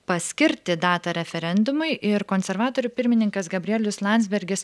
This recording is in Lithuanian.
paskirti datą referendumui ir konservatorių pirmininkas gabrielius landsbergis